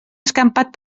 escampat